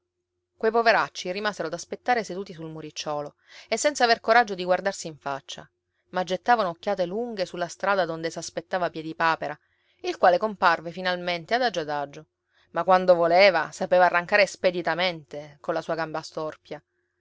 quei poveracci rimasero ad aspettare seduti sul muricciolo e senza aver coraggio di guardarsi in faccia ma gettavano occhiate lunghe sulla strada donde s'aspettava piedipapera il quale comparve finalmente adagio adagio ma quando voleva sapeva arrancare speditamente colla sua gamba storpia